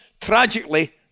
tragically